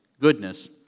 goodness